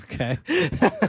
Okay